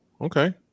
okay